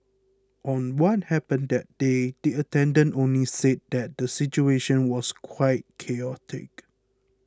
on what happened that day the attendant only said that the situation was quite chaotic